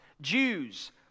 Jews